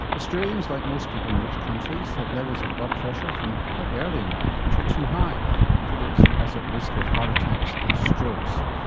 australians, like most people in rich countries, have levels of blood pressure from quite early in life which are too high and put us us at risk of heart attacks and strokes.